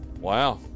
Wow